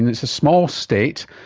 and it's a small state,